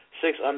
six